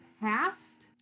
past